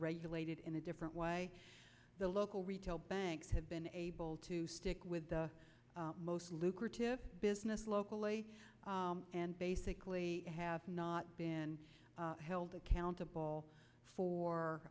regulated in a different way the local retail banks have been able to stick with the most lucrative business locally and basically have not been held accountable